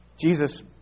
Jesus